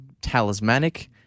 talismanic